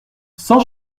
cent